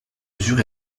mesure